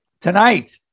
tonight